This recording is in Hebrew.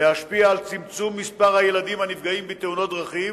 להשפיע על צמצום מספר הילדים הנפגעים בתאונות דרכים,